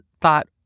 thought